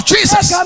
Jesus